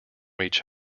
each